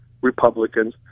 Republicans